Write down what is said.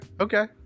okay